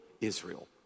Israel